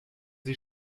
sie